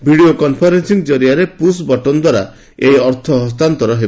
video conferencing ଜରିଆରେ push button ଦ୍ୱାରା ଏହି ଅର୍ଥ ହସ୍ତାନ୍ତରଣ ହେବ